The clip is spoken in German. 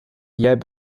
jäh